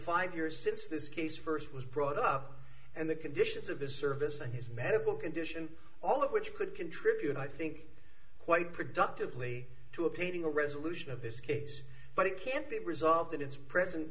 five years since this case first was brought up and the conditions of his service and his medical condition all of which could contribute i think quite productively to obtaining a resolution of this case but it can't be resolved in its present